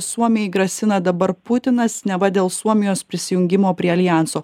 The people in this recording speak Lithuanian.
suomijai grasina dabar putinas neva dėl suomijos prisijungimo prie aljanso